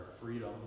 freedom